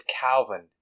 Calvin